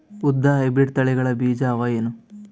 ಉದ್ದ ಹೈಬ್ರಿಡ್ ತಳಿಗಳ ಬೀಜ ಅವ ಏನು?